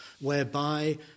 whereby